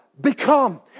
become